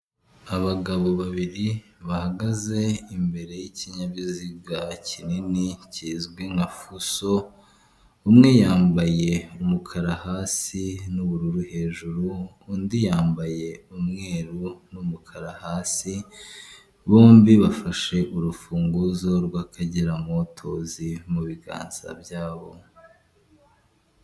Abagabo babiri bahagaze imbere y'ikinyabiziga kinini kizwi nka fuso umwe yambaye umukara hasi n'ubururu hejuru undi yambaye umweru n'umukara hasi bombi bafashe urufunguzo rw'akagera motozi muganza byabo.